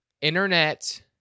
internet